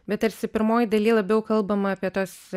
bet tarsi pirmoj daly labiau kalbama apie tos